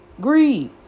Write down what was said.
greed